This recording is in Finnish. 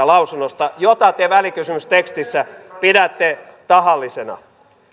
lausunnosta jota te välikysymystekstissä pidätte tahallisena